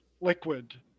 liquid